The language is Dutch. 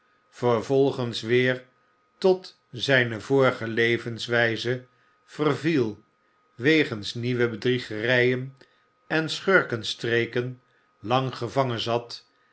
vervolgens weer tot zijne vorige levenswijze verviel wegens nieuwe bedriegerijen en schurkenstreken lang gevangen zat